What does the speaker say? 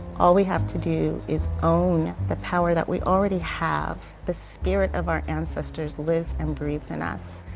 all we have to do is own the power that we already have, the spirit of our ancestors lives and breathes in us.